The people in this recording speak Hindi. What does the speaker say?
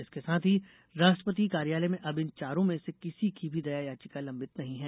इसके साथ ही राष्ट्रपति कार्यालय में अब इन चारों में से किसी की भी दया याचिका लम्बित नहीं है